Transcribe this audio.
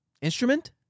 Instrument